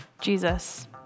Jesus